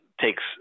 takes